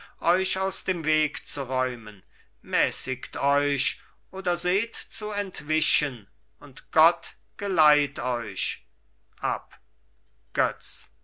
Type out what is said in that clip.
euch aus dem weg zu räumen mäßigt euch oder seht zu entwischen und gott geleit euch ab götz